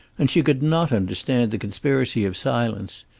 and she could not understand the conspiracy of silence.